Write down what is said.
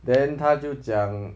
then 他就讲